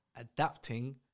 adapting